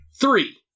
Three